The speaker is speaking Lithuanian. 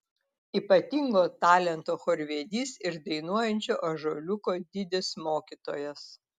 ypatingo talento chorvedys ir dainuojančio ąžuoliuko didis mokytojas